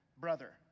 brother